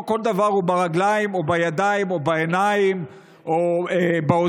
לא כל דבר הוא ברגליים או בידיים או בעיניים או באוזניים.